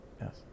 Yes